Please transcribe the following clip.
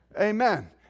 Amen